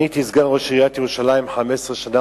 אני הייתי סגן ראש עיריית ירושלים 15 שנה,